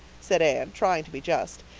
said anne, trying to be just.